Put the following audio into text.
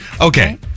okay